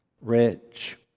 rich